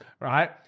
right